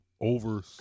over